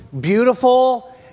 beautiful